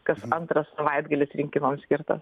kas antras savaitgalis rinkimam skirtas